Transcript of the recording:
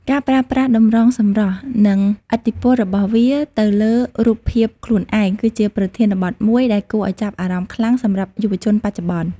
ការប្រើប្រាស់តម្រងសម្រស់និងឥទ្ធិពលរបស់វាទៅលើរូបភាពខ្លួនឯងគឺជាប្រធានបទមួយដែលគួរឱ្យចាប់អារម្មណ៍ខ្លាំងសម្រាប់យុវជនបច្ចុប្បន្ន។